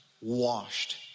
washed